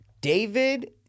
David